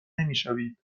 نمیشوید